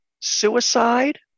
suicide